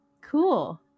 Cool